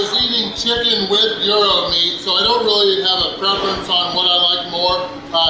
eating chicken with gyro meat, so i don't really have a preference on what i like more.